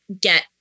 get